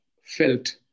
felt